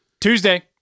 Tuesday